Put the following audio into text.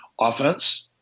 offense